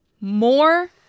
more